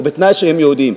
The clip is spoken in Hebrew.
בתנאי שהם יהודים,